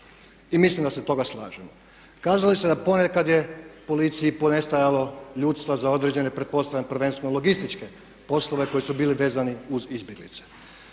I mislim da se oko toga slažemo. Kazali ste da ponekad je policiji ponestajalo ljudstva za određene, pretpostavljam, prvenstveno logističke poslove koji su bili vezani uz izbjeglice.